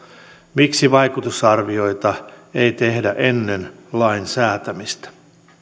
miksi vaikutusarvioita ei tehdä ennen lain säätämistä